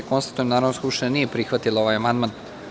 Konstatujem da Narodna skupština nije prihvatila ovaj amandman.